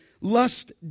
lust